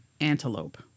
Antelope